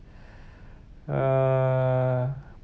uh